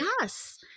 Yes